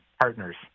partners